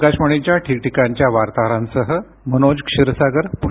आकाशवाणीच्या ठिकठिकाणच्या वार्ताहरांसह मनोज क्षीरसागर पुणे